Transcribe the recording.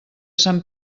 sant